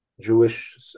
Jewish